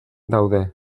daude